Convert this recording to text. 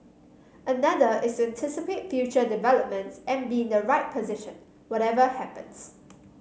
another is to anticipate future developments and be in the right position whatever happens